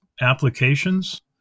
applications